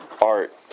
art